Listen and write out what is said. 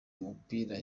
umupira